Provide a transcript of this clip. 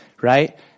Right